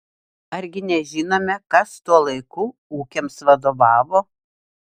argi nežinome kas tuo laiku ūkiams vadovavo